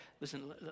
Listen